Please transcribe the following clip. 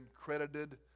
credited